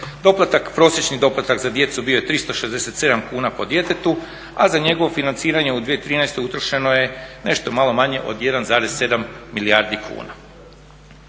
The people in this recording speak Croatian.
Doplatak prosječni za djecu bio je 367,00 kuna po djetetu, a za njegovo financiranje u 2013. utrošeno je nešto malo manje od 1,7 milijardi kuna.